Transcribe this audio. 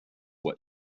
what